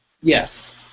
Yes